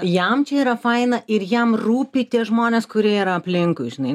jam čia yra faina ir jam rūpi tie žmonės kurie yra aplinkui žinai